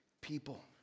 people